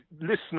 listeners